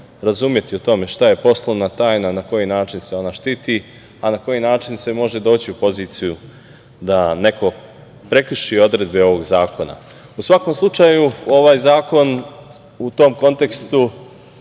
razumeti u tome šta je poslovna tajna na koji način se ona štiti, a na koji način se može doći u poziciju da neko prekrši odredbe ovog zakona.U svakom slučaju ovaj zakon u tom kontekstu